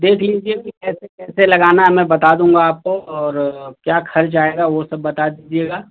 देख लीजिए कि कैसे कैसे लगाना में बता दूंगा आपको और क्या खर्च आएगा वो सब बता दीजिएगा